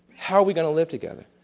how are we going to live together?